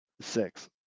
Six